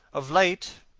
of late